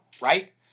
right